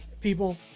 People